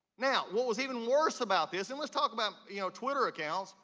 now, what was even worse about this and let's talk about you know twitter accounts.